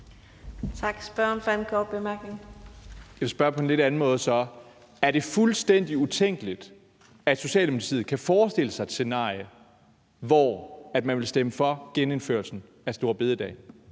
Er det fuldstændig utænkeligt, at Socialdemokratiet kan forestille sig et scenarie, hvor man ville stemme for genindførslen af store bededag?